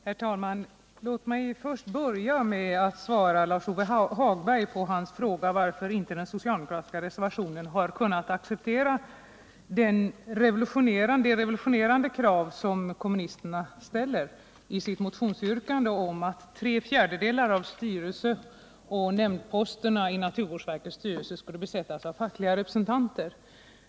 Herr talman! Låt mig börja med att svara Lars-Ove Hagberg på hans fråga varför inte de socialdemokratiska reservanterna har kunnat acceptera det revolutionära krav som kommunisterna ställer i sin motion, nämligen att tre fjärdedelar av styrelseoch nämndposterna i naturvårdsverkets styrelse skulle besättas av fackliga representanter.